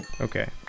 Okay